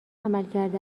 عملکرد